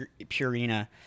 Purina